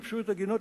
יבשו את הגינות,